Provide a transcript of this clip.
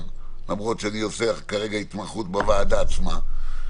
למרות שאני כרגע עושה התמחות בוועדה עצמה.